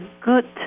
good